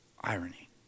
irony